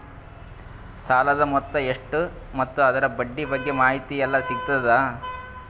ಸಾಲದ ಮೊತ್ತ ಎಷ್ಟ ಮತ್ತು ಅದರ ಬಡ್ಡಿ ಬಗ್ಗೆ ಮಾಹಿತಿ ಎಲ್ಲ ಸಿಗತದ?